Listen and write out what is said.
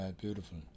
beautiful